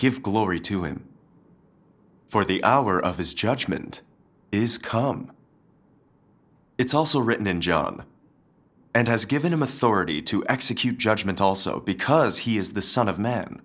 give glory to him for the hour of his judgment is come it's also written in job and has given him authority to execute judgment also because he is the son of m